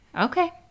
Okay